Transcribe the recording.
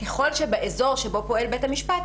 ככל שבאזור שבו פועל בית המשפט,